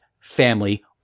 family